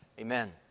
Amen